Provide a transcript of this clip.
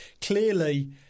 clearly